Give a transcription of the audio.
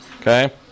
Okay